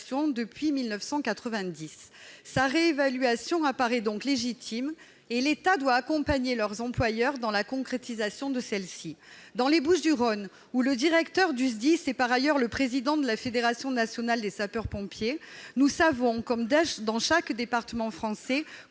depuis 1990. Sa réévaluation apparaît donc comme légitime et l'État doit accompagner les employeurs pour concrétiser cette ambition. Dans les Bouches-du-Rhône, où le directeur du SDIS est par ailleurs le président de la Fédération nationale des sapeurs-pompiers, nous savons, comme dans tous les départements français,